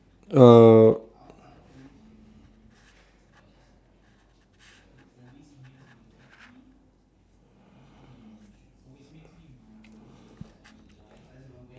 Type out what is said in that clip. uh